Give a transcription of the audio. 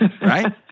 Right